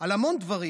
על המון דברים.